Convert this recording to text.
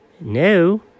No